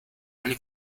eine